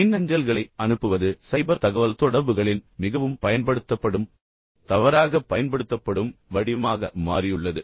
மின்னஞ்சல்களை அனுப்புவது சைபர் தகவல்தொடர்புகளின் மிகவும் பயன்படுத்தப்படும் மற்றும் தவறாகப் பயன்படுத்தப்படும் வடிவமாக மாறியுள்ளது